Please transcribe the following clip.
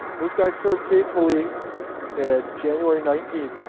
those guys served faithfully and january nineteen,